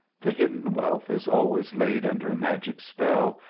the hidden wealth is always laid under magic spell,